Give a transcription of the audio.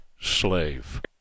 slave